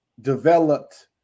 developed